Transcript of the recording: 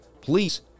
Please